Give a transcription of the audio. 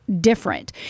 different